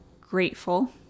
grateful